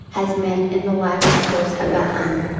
has met in the lives of those about him.